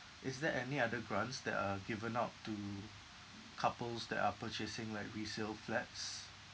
is there any other grants that uh given out to couples that are purchasing like resale flats